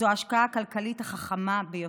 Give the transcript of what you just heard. זאת ההשקעה הכלכלית החכמה ביותר.